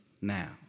now